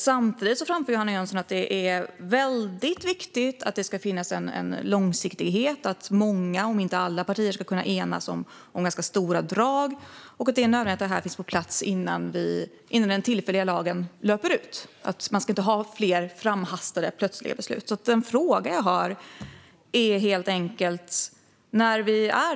Samtidigt framför Johanna Jönsson att det är väldigt viktigt att det ska finnas en långsiktighet, att många, om inte alla, partier ska kunna enas om ganska stora drag, att det är nödvändigt att detta finns på plats innan den tillfälliga lagen löper ut och att man inte ska ha fler framhastade och plötsliga beslut. Den fråga jag har är enkel.